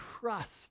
trust